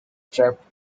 trapped